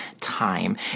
time